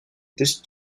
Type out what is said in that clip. this